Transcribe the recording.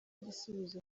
igisubizo